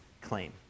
claim